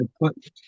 Put